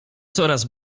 coraz